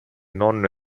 nonno